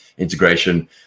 integration